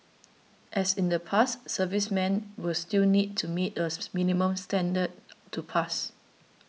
as in the past servicemen will still need to meet a minimum standard to pass